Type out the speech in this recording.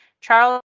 Charles